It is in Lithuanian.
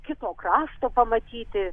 kito krašto pamatyti